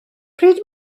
pryd